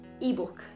ebook